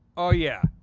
oh yeah,